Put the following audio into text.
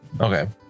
Okay